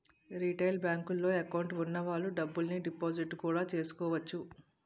retail బేంకుల్లో account వున్న వాళ్ళు డబ్బుల్ని డిపాజిట్టు కూడా చేసుకోవచ్చు